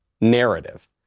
narrative